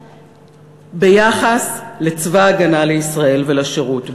ביחס לצבא ההגנה לישראל ולשירות בו.